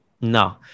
no